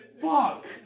Fuck